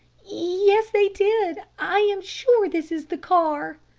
yes, they did i am sure this is the car,